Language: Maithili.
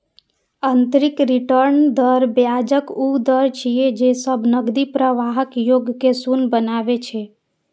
आंतरिक रिटर्न दर ब्याजक ऊ दर छियै, जे सब नकदी प्रवाहक योग कें शून्य बनबै छै